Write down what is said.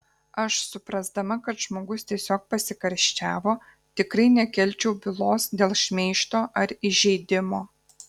aš suprasdama kad žmogus tiesiog pasikarščiavo tikrai nekelčiau bylos dėl šmeižto ar įžeidimo